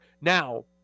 now